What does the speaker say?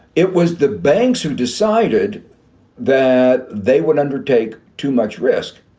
it was the banks who decided that they would undertake too much risk.